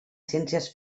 ciències